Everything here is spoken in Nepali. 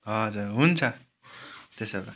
हजुर हुन्छ त्यसो भए